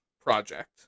project